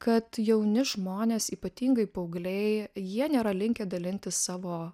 kad jauni žmonės ypatingai paaugliai jie nėra linkę dalintis savo